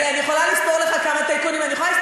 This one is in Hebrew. אני יכולה לספור לך כמה טייקונים,